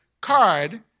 card